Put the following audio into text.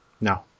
No